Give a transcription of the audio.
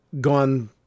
gone